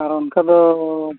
ᱟᱨ ᱚᱱᱠᱟ ᱫᱚᱻ